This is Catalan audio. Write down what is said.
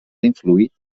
influït